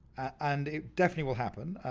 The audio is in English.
and it definitely will happen,